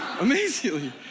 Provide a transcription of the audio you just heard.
Amazingly